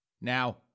Now